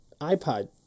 ipod